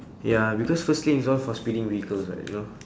ya because first lane is all for speeding vehicles [what] you know